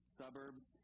suburbs